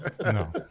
No